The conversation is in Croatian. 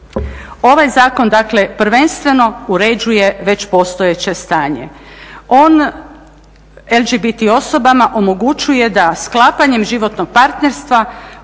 Ovaj zakon prvenstveno uređuje već postojeće stanje. On LGBT osobama omogućuje da sklapanjem životnog partnerstva